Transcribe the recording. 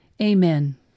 Amen